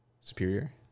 superior